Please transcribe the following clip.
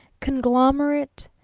conglomerate,